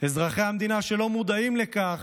אזרחי המדינה, שלא מודעים לכך